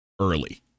early